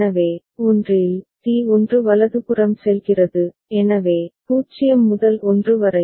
எனவே ஒன்றில் T1 வலதுபுறம் செல்கிறது எனவே 0 முதல் 1 வரை